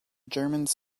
germans